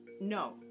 No